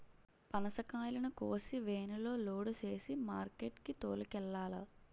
పనసకాయలను కోసి వేనులో లోడు సేసి మార్కెట్ కి తోలుకెల్లాల